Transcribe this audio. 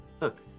Look